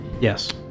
yes